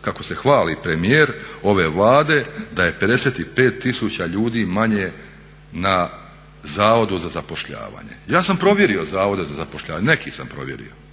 kako se hvali premijer ove Vlade da je 55 tisuća ljudi manje na zavodu za zapošljavanje. Ja sam provjerio zavode za zapošljavanje, neke sam provjerio